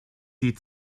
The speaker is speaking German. die